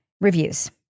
reviews